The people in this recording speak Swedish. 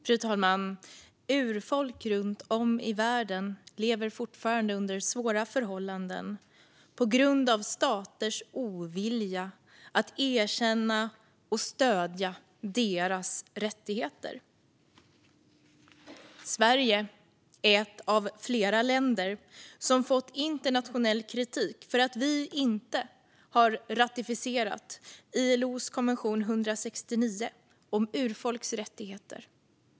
Fru talman! Urfolk runt om i världen lever fortfarande under svåra förhållanden på grund av staters ovilja att erkänna och stödja deras rättigheter. Sverige är ett av flera länder som fått internationell kritik för att vi inte har ratificerat ILO:s konvention 169 om urfolks rättigheter.